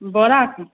बोराके